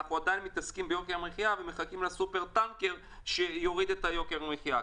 עוסקים ביוקר המחייה ומחכים לסופר טנקר שיוריד את יוקר המחייה.